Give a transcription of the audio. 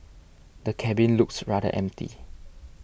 the cabin looks rather empty